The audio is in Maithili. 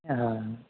हँ